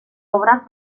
obra